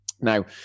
Now